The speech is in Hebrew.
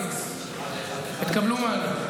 02-5317440, ותקבלו מענה.